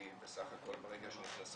כי בסך הכול ברגע שנכנס